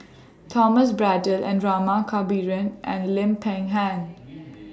Thomas Braddell Rama Kannabiran and Lim Peng Han